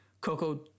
coco